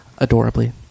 adorably